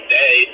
day